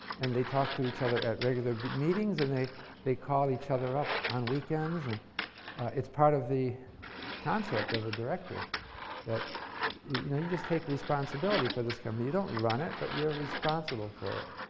and they talk to each other at regular big meetings and they they call each other up on weekends. and it's part of the concept of a director that you know you just take responsibility for this company. you don't run it, but you're responsible for it.